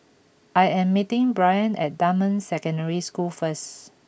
I am meeting Brion at Dunman Secondary School first